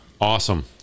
Awesome